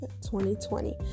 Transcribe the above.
2020